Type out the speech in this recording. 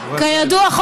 כידוע,